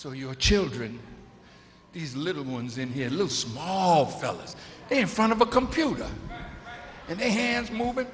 so your children these little ones in here little small fellas in front of a computer and a hands moving